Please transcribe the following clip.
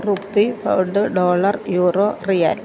rupee pound dollar euro riyal